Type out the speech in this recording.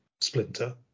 splinter